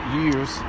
years